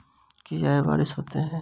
की आय बारिश हेतै?